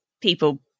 people